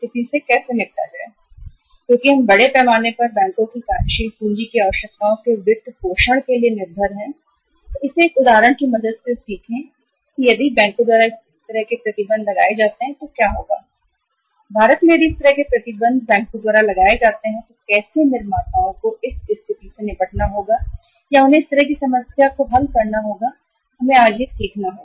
हम इसे एक उदाहरण की मदद से सीखें कि यदि बैंकों द्वारा इस तरह के प्रतिबंध लगाए जाते हैं क्योंकि हम बड़े पैमाने पर बैंकों की कार्यशील पूंजी की आवश्यकताओं के वित्तपोषण के लिए निर्भर हैं इसलिए यदि इस तरह के प्रतिबंध बैंकों द्वारा लगाए जाते हैं तो कैसे निर्माताओं को इस स्थिति से निपटना होगा या उन्हें इस तरह की समस्या को हल करना होगा हमें आज यह सीखना होगा